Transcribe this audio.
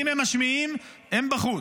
אם הם משמיעים הם בחוץ.